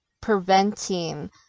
preventing